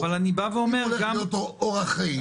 אם הוא הולך בתור אורח חיים,